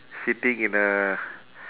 sitting in a